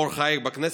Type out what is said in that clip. מור חאייק,